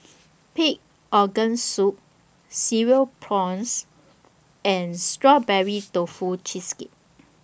Pig Organ Soup Cereal Prawns and Strawberry Tofu Cheesecake